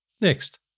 Next